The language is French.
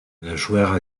nageoire